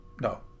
No